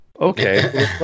okay